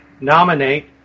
nominate